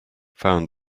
found